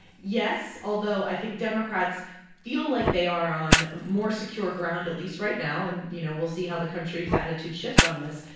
yes, although i think democrats feel like they are on more secure ground, at least right now. and, you know, we'll see how the country's attitude shift on this.